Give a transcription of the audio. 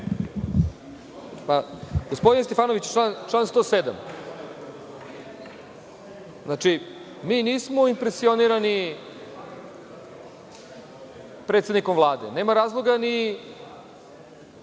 Gospodine Stefanoviću, član 107.Mi nismo impresionirani predsednikom Vlade. Nema razloga ni